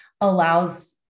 allows